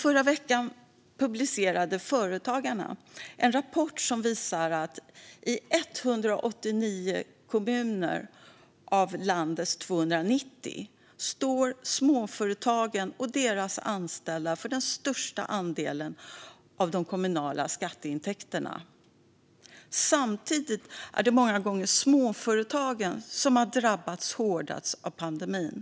Förra veckan publicerade Företagarna en rapport som visar att i 189 av landets 290 kommuner står småföretagen och deras anställda för den största andelen av de kommunala skatteintäkterna. Samtidigt har många gånger småföretagen drabbats hårdast av pandemin.